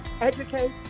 Educate